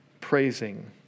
praising